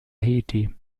haiti